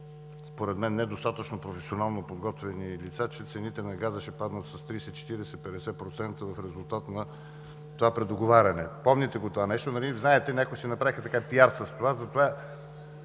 според мен недостатъчно професионално подготвени лица, че цените на газа ще паднат с 30 – 40 – 50% в резултат на това предоговаряне. Помните го това нещо. Знаете, някои си направиха PR с това. Искам